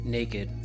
naked